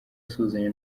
asuhuzanya